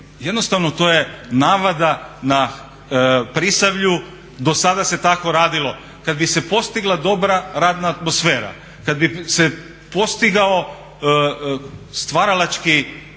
Jednostavno to je navada na Prisavlju, dosada se tako radilo. Kad bi se postigla dobra radna atmosfera, kad bi se postigao stvaralačka